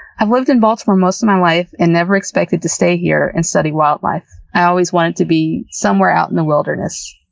i've lived in baltimore more of my life and never expected to stay here and study wildlife. i always wanted to be somewhere out in the wilderness.